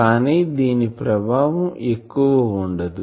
కానీ దీని ప్రభావం ఎక్కువ ఉండదు